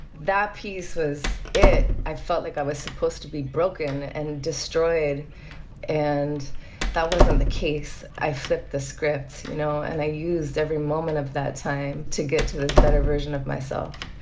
that piece was it. i felt like i was supposed to be broken and destroyed and that wasn't the case. i flipped the script, you know, and i used every moment of that time to get to this better version of myself.